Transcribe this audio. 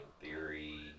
theory